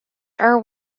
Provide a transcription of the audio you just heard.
are